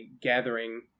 gathering